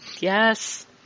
Yes